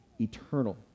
eternal